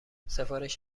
سفارش